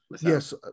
Yes